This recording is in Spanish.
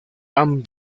han